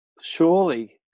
surely